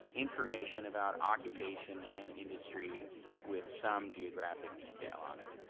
information about occupation and industry with some geographic detail on it.